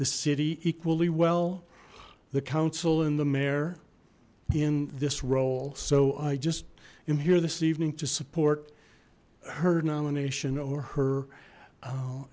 the city equally well the council and the mayor in this role so i just am here this evening to support her nomination or